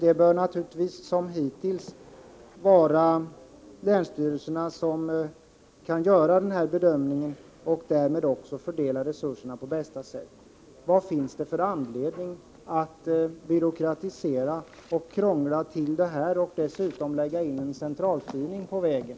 Det bör därför i fortsättningen liksom hittills vara länsstyrelserna som gör den bedömningen. Vad finns det för anledning att byråkratisera och krångla till det här och dessutom lägga in en centralstyrning på vägen?